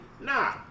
Nah